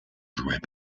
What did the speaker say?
joués